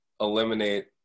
eliminate